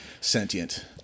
sentient